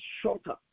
shorter